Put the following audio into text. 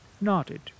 nodded